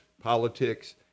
politics